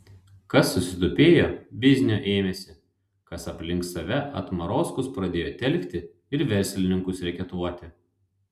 kas susitupėjo biznio ėmėsi kas aplink save atmarozkus pradėjo telkti ir verslininkus reketuoti